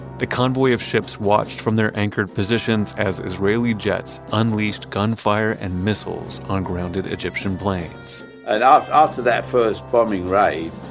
the convoy of ships watched from their anchored positions as israeli jets unleashed gunfire and missiles on grounded egyptian planes and after that first bombing raid,